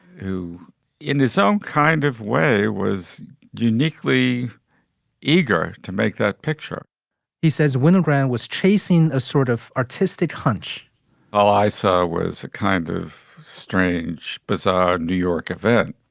who in his own kind of way was uniquely eager to make that picture he says winogrand was chasing a sort of artistic hunch all i saw was a kind of strange, bizarre new york event.